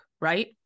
Right